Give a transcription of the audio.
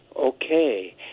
Okay